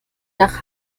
nach